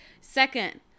second